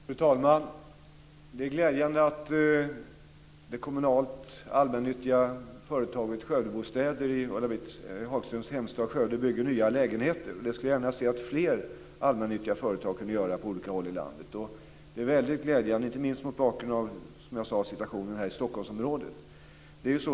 Fru talman! Det är glädjande att det kommunalt allmännyttiga företaget Skövdebostäder i Ulla-Britt Det skulle jag gärna se att fler allmännyttiga företag kunde göra på olika håll i landet. Det är väldigt glädjande inte minst, som sagt, mot bakgrund av situationen i Stockholmsområdet.